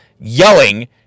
yelling